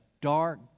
dark